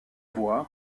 voix